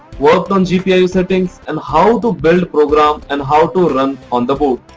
worked on gpio settings, and how to build program and how to run on the board.